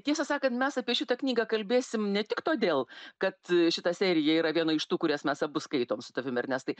tiesą sakant mes apie šitą knygą kalbėsim ne tik todėl kad šita serija yra viena iš tų kurias mes abu skaitom su tavim ernestai